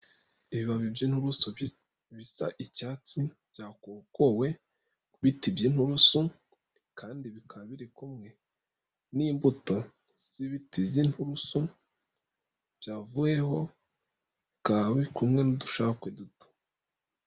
Ibibabi by'inturusu bisa icyatsi byakokowe ku giti cy'inturusu, kandi bikaba biri kumwe n'imbuto z'ibiti by'inturusu byavuyeho, bikaba biri kumwe n'udushakwe duto.